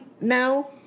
now –